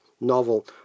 novel